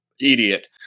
idiot